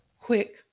quick